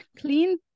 clean